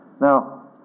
Now